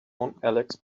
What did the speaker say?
alex